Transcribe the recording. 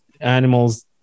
animals